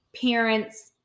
parents